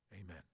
Amen